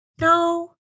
no